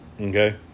okay